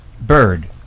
bird